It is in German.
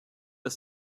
ist